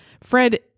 Fred